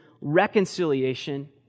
reconciliation